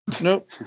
Nope